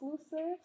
exclusive